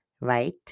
right